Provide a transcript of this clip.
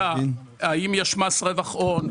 האם יש מס רווח הון,